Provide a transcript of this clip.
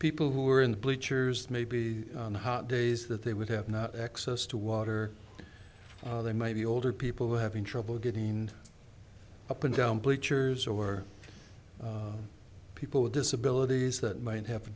people who were in the bleachers maybe on hot days that they would have not access to water they might be older people having trouble getting up and down bleachers or people with disabilities that might have